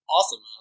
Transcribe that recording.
Awesome